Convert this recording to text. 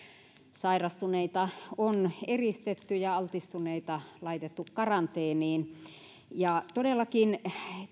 sairastuneita on eristetty ja altistuneita laitettu karanteeniin todellakin